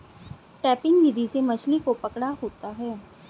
trapping विधि से मछली को पकड़ा होता है